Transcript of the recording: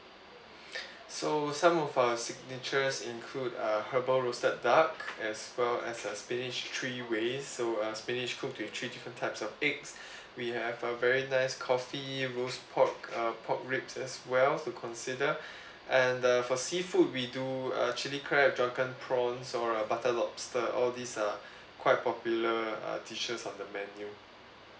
so some of our signatures include uh herbal roasted duck as well as uh spinach three ways so uh spinach cook to three different types of eggs we have uh very nice coffee roast pork uh pork ribs as well to consider and the for seafood we do uh chilli crab drunken prawns or a butter lobster all these are quite popular uh dishes of the menu